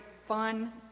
Fun